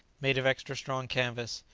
made of extra strong canvas,